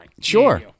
Sure